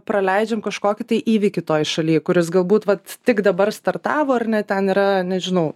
praleidžiam kažkokį tai įvykį toj šalyj kuris galbūt vat tik dabar startavo ar ne ten yra nežinau